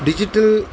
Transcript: digital